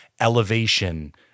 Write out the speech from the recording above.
elevation